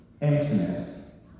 emptiness